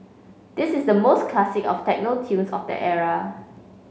this is the most classic of techno tunes of that era